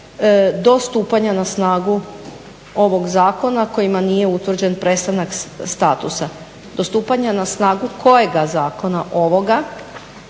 do stupanja na snagu ovog zakona kojima nije utvrđen prestanak statusa. Do stupanja na snagu kojega zakona ovoga